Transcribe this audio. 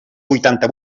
huitanta